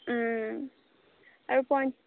আৰু পইণ্ট